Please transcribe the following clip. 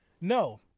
No